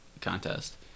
contest